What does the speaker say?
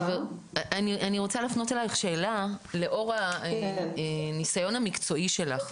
רוצה להפנות אלייך שאלה לאור הניסיון המקצועי שלך.